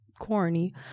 Corny